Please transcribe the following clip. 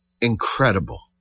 incredible